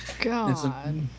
God